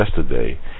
yesterday